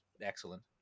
excellent